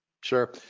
Sure